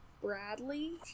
Bradley